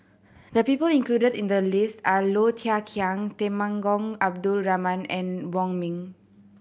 the people included in the list are Low Thia Khiang Temenggong Abdul Rahman and Wong Ming